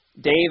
Dave